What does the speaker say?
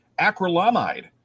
acrylamide